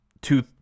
two